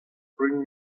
bring